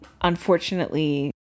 unfortunately